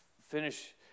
Finish